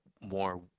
more